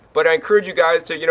but i encourage you guys to, you know,